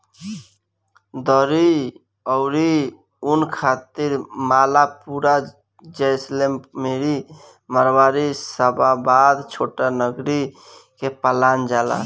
दरी अउरी ऊन खातिर मालपुरा, जैसलमेरी, मारवाड़ी, शाबाबाद, छोटानगरी के पालल जाला